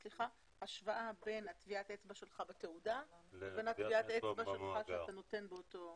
השוואה בין טביעת אצבע שלך בתעודה לבין טביעת אצבע שלך שאתה נותן.